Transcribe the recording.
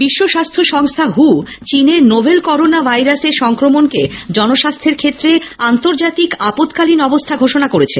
বিশ্ব স্বাস্থ্য সংস্থা হু চীনে নোভেল করোনা ভাইরাসের সংক্রমণকে জনস্বাস্থ্যের ক্ষেত্রে আন্তর্জাতিক আপতকালীন অবস্থা ঘোষণা করেছে